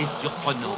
surprenant